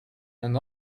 and